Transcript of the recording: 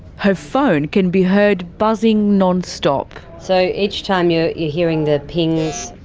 her phone can be heard buzzing non-stop. so each time you're you're hearing the pings,